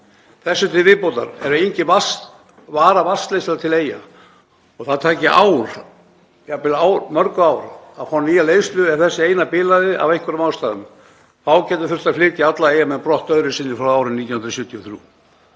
Þessu til viðbótar er engin varavatnsleiðsla til Eyja og það tæki ár, jafnvel mörg ár, að fá nýja leiðslu ef þessi eina bilaði af einhverjum ástæðum. Þá gæti þurft að flytja alla Eyjamenn brott öðru sinni frá árinu 1973.